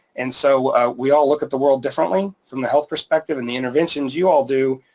and so, we all look at the world differently from the health perspective and the interventions you all do,